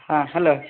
ಹಾಂ ಹಲೋ